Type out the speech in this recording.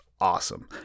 awesome